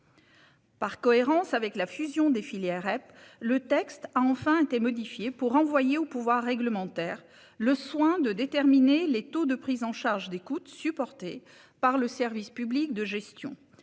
Par cohérence avec la fusion des filières REP, le texte a enfin été modifié pour renvoyer au pouvoir réglementaire le soin de déterminer les taux de prise en charge des coûts supportés par le service public de gestion,